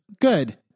good